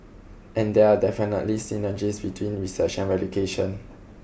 and there are definitely synergies between research and education